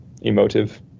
emotive